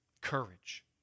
Courage